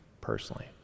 personally